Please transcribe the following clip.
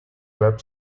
web